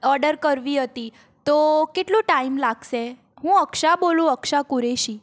order કરવી હતી તો કેટલો ટાઇમ્ લાગશે હું અક્સા બોલું અક્સા કુરેશી